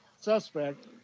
suspect